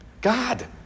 God